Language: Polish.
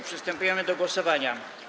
Przystępujemy do głosowania.